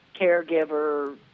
caregiver